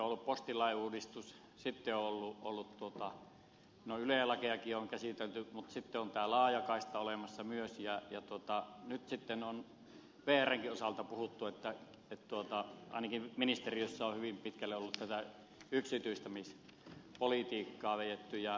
on ollut postilainuudistus sitten on yle lakiakin on käsitelty mutta sitten on tämä laajakaista olemassa myös ja nyt sitten on vrnkin osalta puhuttu että ainakin ministeriössä on hyvin pitkälle tätä yksityistämispolitiikkaa vedetty